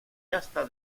hasta